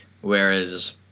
Whereas